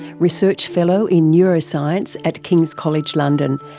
research fellow in neuroscience at kings college london,